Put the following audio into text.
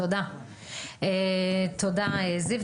תודה זיו.